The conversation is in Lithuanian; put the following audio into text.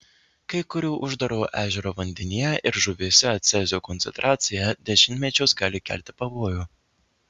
kai kurių uždarų ežerų vandenyje ir žuvyse cezio koncentracija dešimtmečius gali kelti pavojų